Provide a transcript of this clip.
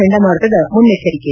ಚಂಡಮಾರುತದ ಮನ್ನೆಚ್ಚರಿಕೆ